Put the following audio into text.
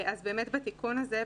באמת בתיקון הזה,